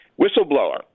Whistleblower